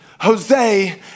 Jose